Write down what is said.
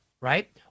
right